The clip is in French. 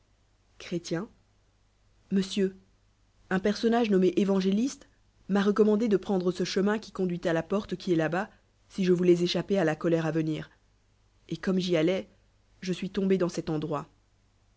monsieur un personnage nommé évangélistes m'a recommandé de prendre ce chemin qui conduit à la porte qui est là-bas si je vonlois échapper à la colère à venir etcomme j'y allais je suis tombé dans cet en